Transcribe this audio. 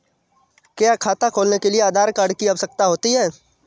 क्या खाता खोलने के लिए आधार कार्ड की आवश्यकता होती है?